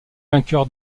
vainqueur